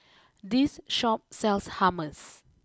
this Shop sells Hummus